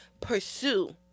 pursue